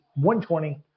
120